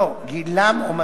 לא, הגיל או,